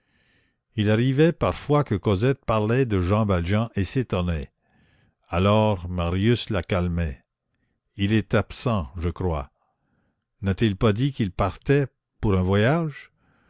il arrivait parfois que cosette parlait de jean valjean et s'étonnait alors marius la calmait il est absent je crois n'a-t-il pas dit qu'il partait pour un voyage